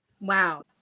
Wow